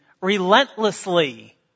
relentlessly